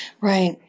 Right